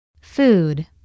Food